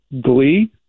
glee